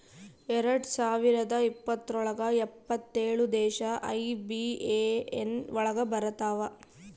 ಎರಡ್ ಸಾವಿರದ ಇಪ್ಪತ್ರೊಳಗ ಎಪ್ಪತ್ತೇಳು ದೇಶ ಐ.ಬಿ.ಎ.ಎನ್ ಒಳಗ ಬರತಾವ